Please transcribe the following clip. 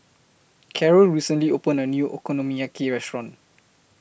Karyl recently opened A New Okonomiyaki Restaurant